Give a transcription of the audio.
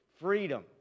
freedom